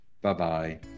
Bye-bye